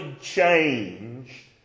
change